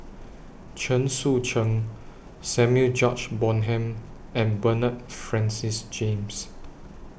Chen Sucheng Samuel George Bonham and Bernard Francis James